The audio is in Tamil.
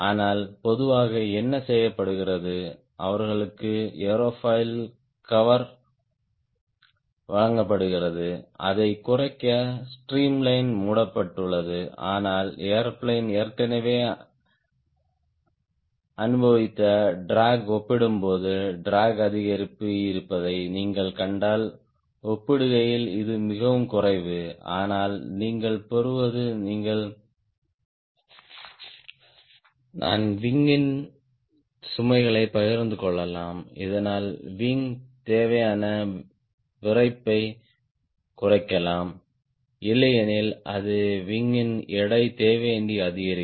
ஆனால் பொதுவாக என்ன செய்யப்படுகிறது அவர்களுக்கு ஏரோஃபைல் கவர் வழங்கப்படுகிறது அதைக் குறைக்க ஸ்ட்ரீம்லைன் மூடப்பட்டுள்ளது ஆனால் ஏர்பிளேன் ஏற்கனவே அனுபவித்த ட்ராக் ஒப்பிடும்போது ட்ராக் அதிகரிப்பு இருப்பதை நீங்கள் கண்டால் ஒப்பிடுகையில் இது மிகவும் குறைவு ஆனால் நீங்கள் பெறுவது நீங்கள் தான் விங் ல் சுமைகளைப் பகிர்ந்து கொள்ளலாம் இதனால் விங் தேவையான விறைப்பைக் குறைக்கலாம் இல்லையெனில் அது விங் ன் எடை தேவையின்றி அதிகரிக்கும்